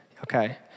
Okay